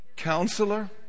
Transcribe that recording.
Counselor